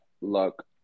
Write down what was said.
look